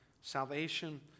salvation